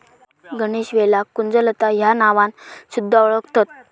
गणेशवेलाक कुंजलता ह्या नावान सुध्दा वोळखतत